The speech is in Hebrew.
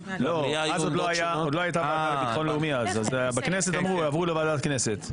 עוד לא הייתה ועדה לביטחון לאומי ולכן אמרו שיועבר לוועדת הכנסת.